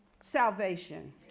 salvation